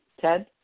Ted